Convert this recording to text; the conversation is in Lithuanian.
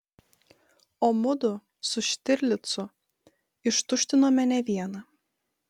o mudu su štirlicu ištuštinome ne vieną